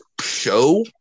show